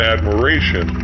Admiration